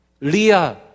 Leah